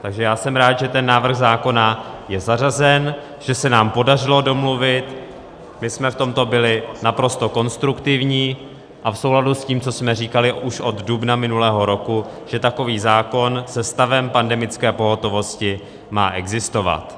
Takže já jsem rád, že ten návrh zákona je zařazen, že se nám podařilo domluvit, že jsme v tomto byli naprosto konstruktivní a v souladu s tím, co jsme říkali už od dubna minulého roku, že takový zákon se stavem pandemické pohotovosti má existovat.